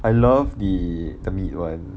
I love the the meat [one]